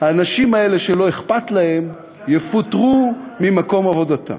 האנשים האלה שלא אכפת להם יפוטרו ממקום עבודתם.